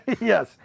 Yes